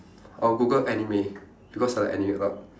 I would Google anime because I like anime a lot